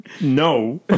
No